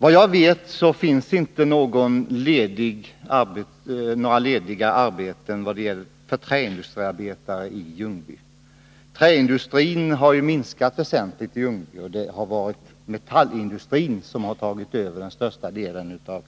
Såvitt jag vet finns det inga lediga arbeten för träindustriarbetare i Ljungby. Träindustrin har minskat väsentligt i Ljungby, och metallindustrin har tagit över den största delen av